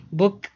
book